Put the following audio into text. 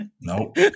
Nope